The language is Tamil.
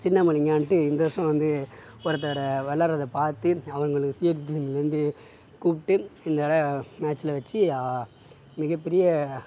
சின்ன மலிங்கான்டு இந்த வருஷம் வந்து ஒருத்தவரை விளையாடுறதை பார்த்து அவங்களுக்கு கூப்ட்டு இந்த தடவை மேச்சில் வச்சு மிகப்பெரிய